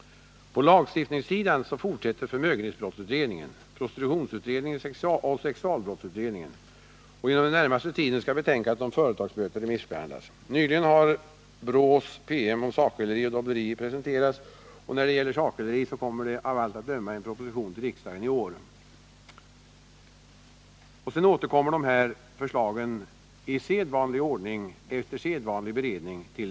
På lagstiftningssidan fortsätter förmögenhetsbrottsutredningen, prostitutionsutredningen och sexualbrottsutredningen. Inom den närmaste tiden skall betänkandet om företagsböter remissbehandlas. Nyligen har BRÅ:s PM om sakhäleri och dobbleri presenterats, och när det gäller sakhäleri kommer av allt att döma en proposition till riksdagen i år. Dessa förslag återkommer till riksdagen efter sedvanlig beredning.